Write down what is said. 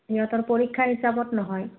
সিহঁতৰ পৰীক্ষা হিচাপত নহয়